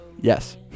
Yes